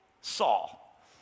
Saul